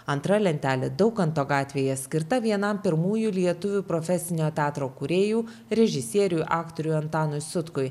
antra lentelė daukanto gatvėje skirta vienam pirmųjų lietuvių profesinio teatro kūrėjų režisieriui aktoriui antanui sutkui